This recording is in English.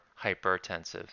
hypertensive